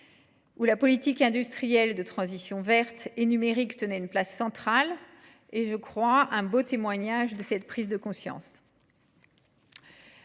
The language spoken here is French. où la politique industrielle des transitions verte et numérique tenait une place centrale, a bien montré cette prise de conscience.